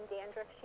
dandruff